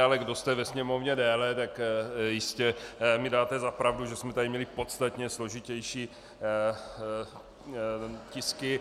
Ale kdo jste ve Sněmovně déle, tak jistě mi dáte za pravdu, že jsme tady měli podstatně složitější tisky.